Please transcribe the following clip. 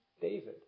David